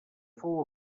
fou